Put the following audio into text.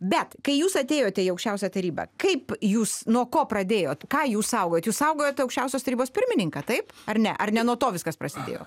bet kai jūs atėjote į aukščiausią tarybą kaip jūs nuo ko pradėjot ką jūs saugojot jūs saugojot aukščiausios tarybos pirmininką taip ar ne ar ne nuo to viskas prasidėjo